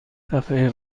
دفعه